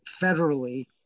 federally